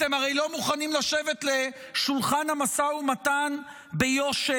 אתם הרי לא מוכנים לשבת לשולחן המשא ומתן ביושר